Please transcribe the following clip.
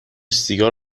سیگار